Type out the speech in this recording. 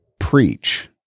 preach